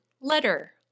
letter